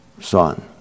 son